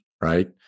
right